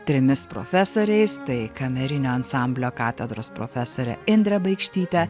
trimis profesoriais tai kamerinio ansamblio katedros profesore indre baikštyte